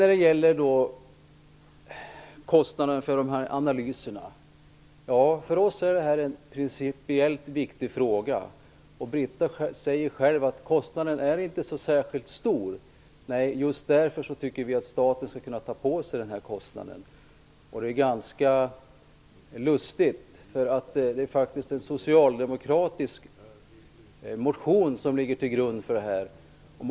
När det gäller kostnaderna för cesiumanalyserna är det en för oss principiellt viktig fråga. Britta Sundin säger själv att kostnaden inte är så stor. Nej, och just därför tycker vi att staten skulle kunna ta på sig den kostnaden. Det är ganska lustigt att det är en socialdemokratisk motion som ligger till grund för den här reservationen.